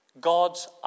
God's